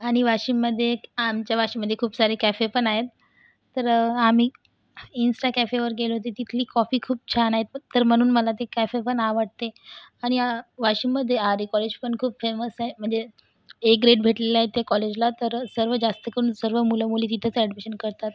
आणि वाशिममध्ये आमच्या वाशिममध्ये खूप सारे कॅफे पण आहेत तर आम्ही इनस्टा कॅफेवर गेलो तर तिथली कॉफी खूप छान आहे तर म्हणून मला ती कॅफे पण आवडते आणि वाशिममध्ये आरे कॉलेज पण खूप फेमस आहे म्हणजे ए ग्रेड भेटलेलं आहे त्या कॉलेजला तर सर्व जास्त करून सर्व मुलं मुली तिथेच ॲडमिशन करतात